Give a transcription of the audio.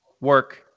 work